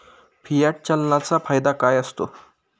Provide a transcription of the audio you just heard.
Fiat चलनाचा फायदा काय असतो?